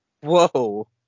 Whoa